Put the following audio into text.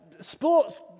Sports